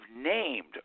named